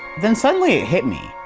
then suddenly it hit me,